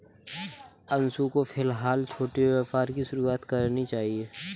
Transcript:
अंशु को फिलहाल छोटे व्यापार की शुरुआत करनी चाहिए